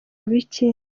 bikindi